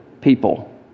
people